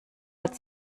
hat